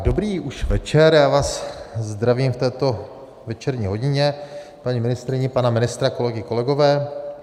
Dobrý už večer, já vás zdravím v této večerní hodině, paní ministryni, pana ministra, kolegyně, kolegy.